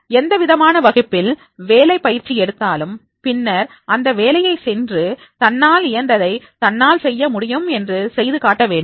எந்தவிதமான வகுப்பில் வேலை பயிற்சி எடுத்தாலும் பின்னர் அந்த வேலைக்கு சென்று தன்னால் இயன்றதை தன்னால் செய்ய முடியும் என்று செய்து காட்ட வேண்டும்